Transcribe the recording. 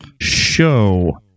Show